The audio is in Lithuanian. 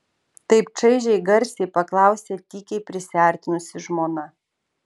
taip čaižiai garsiai paklausė tykiai prisiartinusi žmona